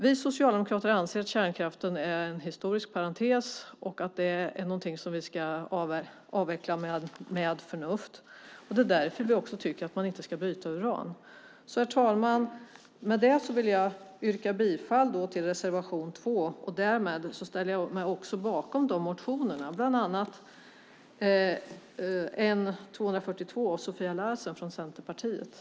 Vi socialdemokrater anser att kärnkraften är en historisk parentes och att den ska avvecklas med förnuft. Det är därför vi också tycker att man inte ska bryta uran. Herr talman! Med detta vill jag yrka bifall till reservation 2. Därmed ställer jag mig också bakom motionerna, bland annat 2009/10:N242 av Sofia Larsen från Centerpartiet.